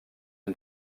une